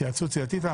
התייעצות סיעתית.